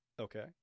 Okay